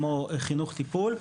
כמו חינוך טיפול,